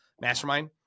mastermind